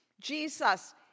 Jesus